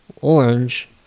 orange